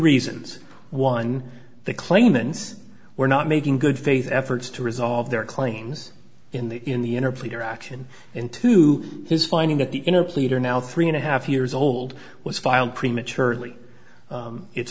reasons one the claimants were not making good faith efforts to resolve their claims in the in the inner pleader action into his finding that the inner pleader now three and a half years old was filed prematurely it's